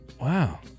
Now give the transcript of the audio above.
Wow